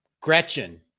Gretchen